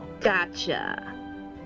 Gotcha